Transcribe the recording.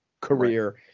career